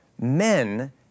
Men